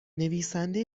نویسنده